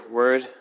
word